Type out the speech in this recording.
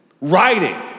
writing